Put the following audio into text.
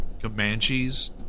Comanches